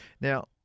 Now